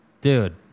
Dude